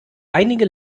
einige